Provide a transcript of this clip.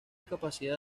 capacidad